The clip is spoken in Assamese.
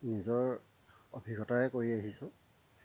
নিজৰ অভিজ্ঞতাৰে কৰি আহিছোঁ